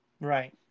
Right